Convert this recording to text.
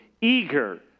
eager